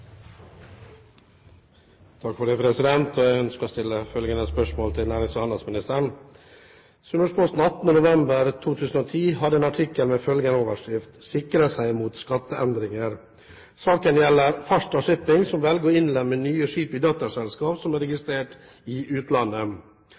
nærings- og handelsministeren: «Sunnmørsposten 18. november 2010 hadde en artikkel med overskriften «Sikrer seg mot skatteendringer». Saken gjelder Farstad Shipping, som velger å innlemme nye skip i datterselskaper som er